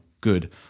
good